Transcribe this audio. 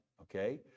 okay